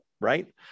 right